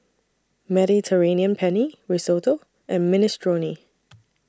Mediterranean Penne Risotto and Minestrone